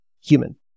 human